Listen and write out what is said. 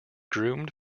groomed